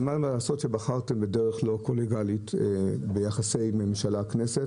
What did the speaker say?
אבל מה לעשות שבחרתם בדרך לא קולגיאלית ביחסי ממשלה-כנסת